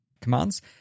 commands